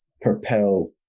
propel